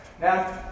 Now